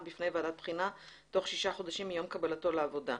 בפני ועדת בחינה תוך שישה חודשים מיום קבלתו לעבודה.